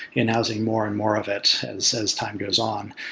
in housing more and more of it as as time goes on.